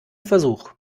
versuch